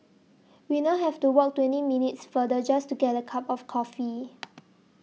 we now have to walk twenty minutes farther just to get a cup of coffee